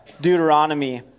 Deuteronomy